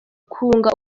kunga